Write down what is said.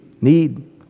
need